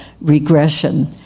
regression